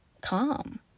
calm